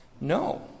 No